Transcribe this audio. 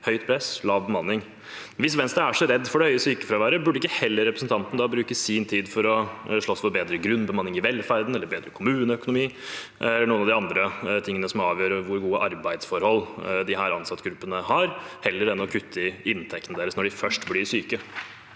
høyt press og lav bemanning. Hvis Venstre er så redd for det høye sykefraværet, burde ikke representanten bruke sin tid på å slåss for bedre grunnbemanning i velferden, bedre kommuneøkonomi eller noen av de andre tingene som avgjør hvor gode arbeidsforhold disse ansattgruppene har, heller enn å kutte i inntekten deres når de først blir syke?